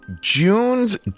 June's